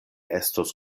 estos